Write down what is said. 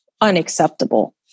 unacceptable